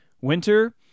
winter